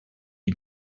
you